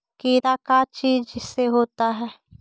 कीड़ा का चीज से होता है?